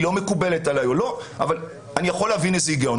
לא מקובלת עלי או לא אבל אני יכול להבין את ההיגיון.